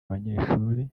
abanyeshuri